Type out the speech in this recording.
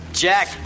Jack